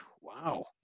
Wow